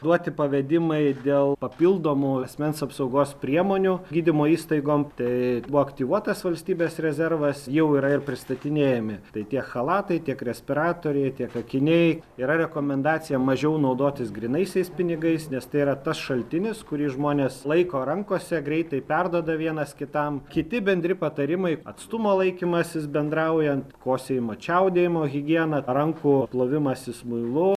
duoti pavedimai dėl papildomų asmens apsaugos priemonių gydymo įstaigom tai buvo aktyvuotas valstybės rezervas jau yra ir pristatinėjami tai tie chalatai tiek respiratoriai tiek akiniai yra rekomendacija mažiau naudotis grynaisiais pinigais nes tai yra tas šaltinis kurį žmonės laiko rankose greitai perduoda vienas kitam kiti bendri patarimai atstumo laikymasis bendraujant kosėjimo čiaudėjimo higiena rankų plovimasis muilu